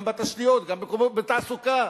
גם בתשתיות וגם בתעסוקה,